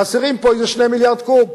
חסרים פה איזה 2 מיליארד קוב.